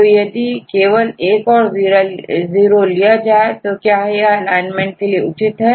तो यदि केवल एक और जीरो लिया जाए तो क्या यह एलाइनमेंट के लिए उचित है